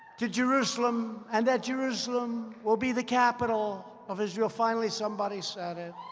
to jerusalem and that jerusalem will be the capital of israel. finally, somebody said it.